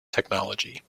technology